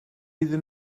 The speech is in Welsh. iddyn